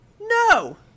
no